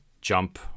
jump